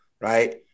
right